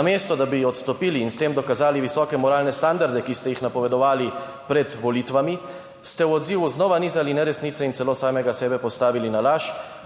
Namesto da bi odstopili in s tem dokazali visoke moralne standarde, ki ste jih napovedovali pred volitvami, ste v odzivu znova nizali neresnice in celo samega sebe postavili na laž,